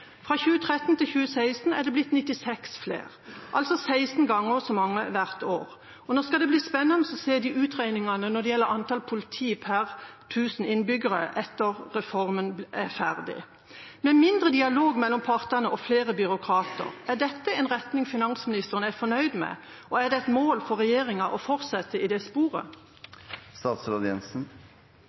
Fra 2013 til 2016 er det blitt 96 flere, altså 16 ganger så mange hvert år. Nå skal det bli spennende å se utregningene når det gjelder antall politi per 1 000 innbyggere etter at reformen er ferdig. Mindre dialog mellom partene og flere byråkrater – er dette en retning finansministeren er fornøyd med, og er det et mål for regjeringa å fortsette i det sporet?